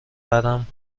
برام